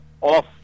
off